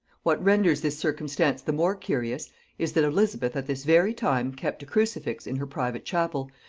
what renders this circumstance the more curious is, that elizabeth at this very time kept a crucifix in her private chapel,